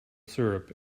syrup